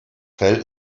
fell